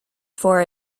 four